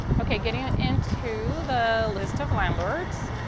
okay. getting into the list of landlords,